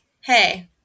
hey